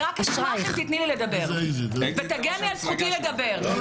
רק אשמח אם תיתני לי לדבר ותגני על זכותי לדבר.